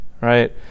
right